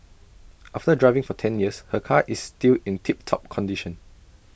after driving for ten years her car is still in tip top condition